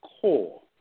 core